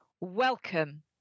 Welcome